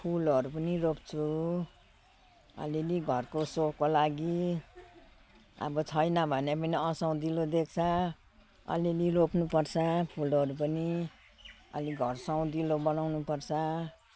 फुलहरू पनि रोप्छु अलि अलि घरको सोको लागी अब छैन भने पनि असुहाउँदिलो देख्छ अलि अलि रोप्नु पर्छ फुलहरू पनि अलि घर सुहाउँदिलो बनाउनु पर्छ